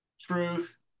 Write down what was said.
truth